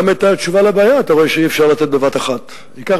אני חושב שמשרד התשתיות צריך לבדוק כיצד קרה